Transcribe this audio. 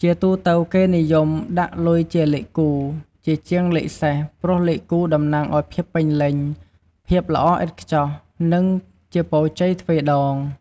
ជាទូទៅគេនិយមដាក់លុយជាលេខគូ ជាជាងលេខសេស ព្រោះលេខគូតំណាងឱ្យភាពពេញលេញ ភាពល្អឥតខ្ចោះ និងជាពរជ័យទ្វេដង។